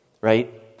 right